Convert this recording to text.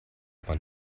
man